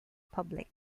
public